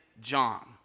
John